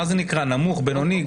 תודה רבה, אדוני.